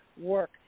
work